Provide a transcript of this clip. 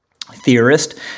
theorist